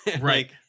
Right